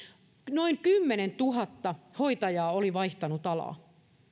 noin kymmenentuhatta hoitajaa oli vaihtanut alaa